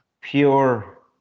pure